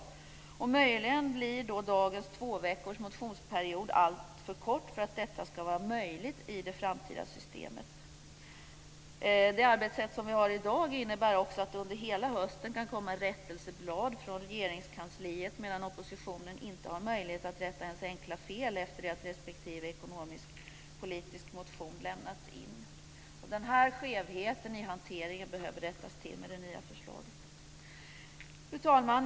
Det är möjligt att dagens motionsperiod på två veckor blir alltför kort för att detta ska vara möjligt i det framtida systemet. Det arbetsätt som vi har i dag innebär också att det under hela hösten kan komma rättelseblad från Regeringskansliet, medan oppositionen inte har möjlighet att rätta ens enkla fel efter det att respektive ekonomisk-politisk motion lämnats in. Den här skevheten i hanteringen behöver rättas till i det nya förslaget. Fru talman!